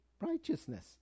righteousness